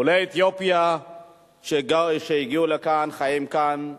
עולי אתיופיה שהגיעו לכאן וחיים כאן,